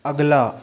अगला